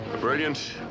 brilliant